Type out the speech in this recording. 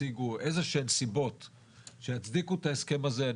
שיציגו איזשהן סיבות שיצדיקו את ההסכם הזה,